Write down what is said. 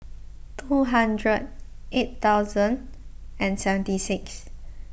two hundred eight thousand and seventy six